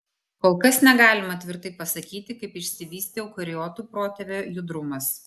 kol kas negalima tvirtai pasakyti kaip išsivystė eukariotų protėvio judrumas